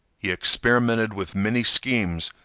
he experimented with many schemes,